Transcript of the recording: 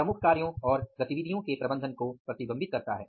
प्रमुख कार्यों और गतिविधियों के प्रबंधन को प्रतिबिंबित करता है